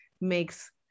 makes